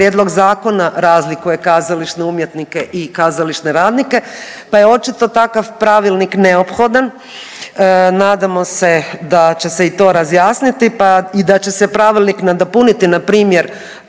prijedlog zakona razlikuje kazališne umjetnike i kazališne radnike, pa je očito takav pravilnik neophodan. Nadamo se da će se i to razjasniti, pa i da će se pravilnik nadopuniti npr.